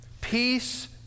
peace